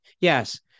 Yes